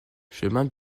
chemin